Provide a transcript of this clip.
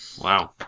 Wow